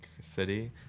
city